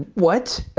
what?